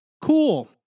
cool